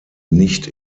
nicht